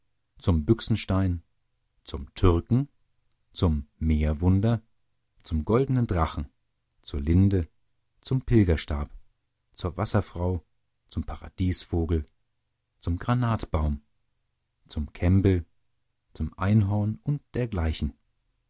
zum büchsenstein zum türken zum meerwunder zum goldnen drachen zur linde zum pilgerstab zur wasserfrau zum paradiesvogel zum granatbaum zum kämbel zum einhorn und dergleichen